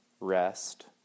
rest